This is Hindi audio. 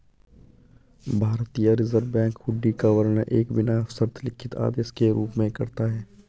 भारतीय रिज़र्व बैंक हुंडी का वर्णन एक बिना शर्त लिखित आदेश के रूप में करता है